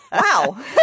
Wow